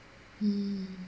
mm